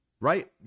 Right